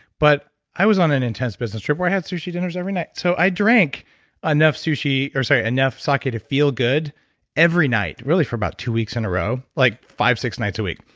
but i was on an intense business trip where i had sushi dinners every night. so, i drank enough sushi, er, sorry enough sake to feel good every night, really for about two weeks in a row. like five-six nights a week.